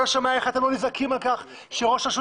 ואני לא שומע איך אתם לא נזעקים על כך שראש רשות